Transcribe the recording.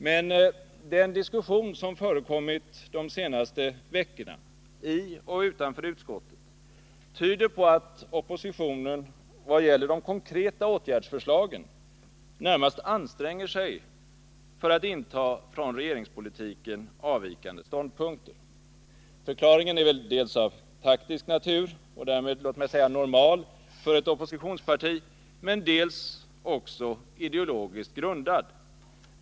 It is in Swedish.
Men den diskussion som förekommit de senaste veckorna — i och utanför utskottet — tyder på att oppositionen vad gäller de konkreta åtgärdsförslagen närmast anstränger sig för att inta från regeringspolitiken avvikande ståndpunkter. Förklaringen är väl dels av taktisk natur och därmed, låt mig säga, normal för ett oppositionsparti men dels också ideologiskt grundad.